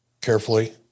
Carefully